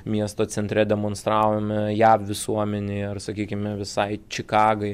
miesto centre demonstravome jav visuomenei ar sakykime visai čikagai